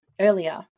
earlier